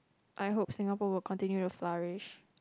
I hope Singapore will continue to flourish